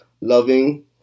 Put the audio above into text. Loving